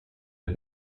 der